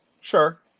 sure